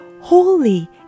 holy